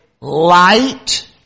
light